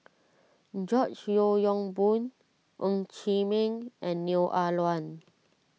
George Yeo Yong Boon Ng Chee Meng and Neo Ah Luan